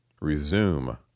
resume